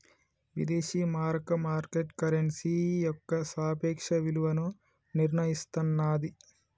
విదేశీ మారక market currency యొక్క సాపేక్ష విలువను నిర్ణయిస్తన్నాది